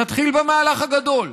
נתחיל במהלך הגדול.